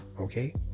Okay